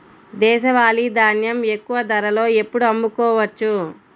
దేశవాలి ధాన్యం ఎక్కువ ధరలో ఎప్పుడు అమ్ముకోవచ్చు?